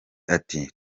ati